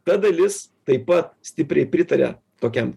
ta dalis taip pat stipriai pritaria tokiam